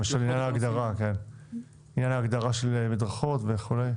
לעניין ההגדרה של מדרכות וכולי.